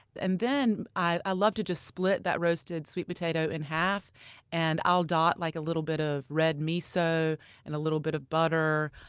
and then, i love to split that roasted sweet potato in half and i'll dot like a little bit of red miso and a little bit of butter,